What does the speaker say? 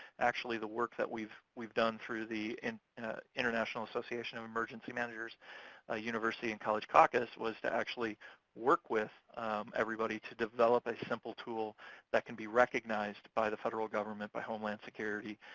actually, the work that we've we've done through the and international association of emergency managers ah university and college caucus was to actually work with everybody to develop a simple tool that can be recognized by the federal government, by homeland security,